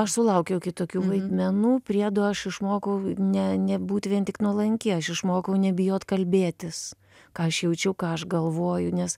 aš sulaukiau kitokių vaidmenų priedo aš išmokau ne nebūt vien tik nuolanki aš išmokau nebijot kalbėtis ką aš jaučiu ką aš galvoju nes